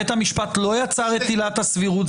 בית המשפט לא יצר את עילת הסבירות.